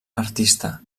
artista